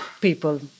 people